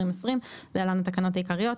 התש"ף-2020 (להלן התקנות העיקריות),